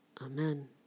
Amen